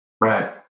Right